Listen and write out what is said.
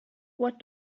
what